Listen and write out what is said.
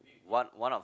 one one of